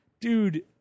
Dude